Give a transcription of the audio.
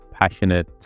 passionate